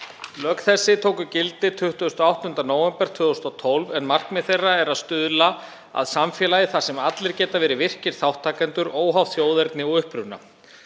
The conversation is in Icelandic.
Lög þessi tóku gildi 28. nóvember 2012 en markmið þeirra er að stuðla að samfélagi þar sem allir geta verið virkir þátttakendur óháð þjóðerni og uppruna.